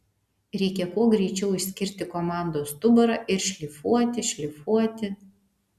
reikia kuo greičiau išskirti komandos stuburą ir šlifuoti šlifuoti